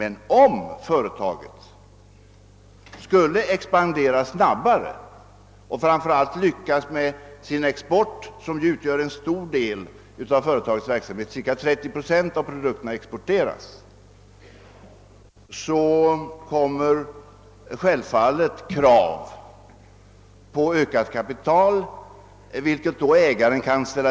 Men om företaget skulle expandera snabbare, och framför allt om man lyckas med sin export som utgör en stor del av verksamheten — cirka 30 procent av produkterna exporteras — så kommer självfallet krav att resas på mera kapital.